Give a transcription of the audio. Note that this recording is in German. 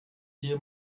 hier